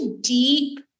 deep